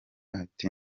ati